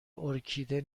ارکیده